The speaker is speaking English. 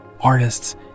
Artists